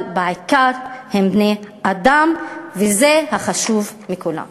אבל בעיקר, הן בני-אדם, וזה החשוב מכולם.